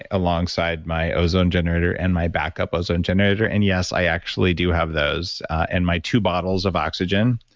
ah alongside my ozone generator and my backup ozone generator. and yes, i actually do have those, and my two bottles of oxygen,